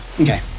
Okay